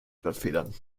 blattfedern